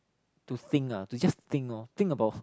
to think ah to just think lor think about